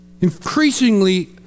Increasingly